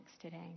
today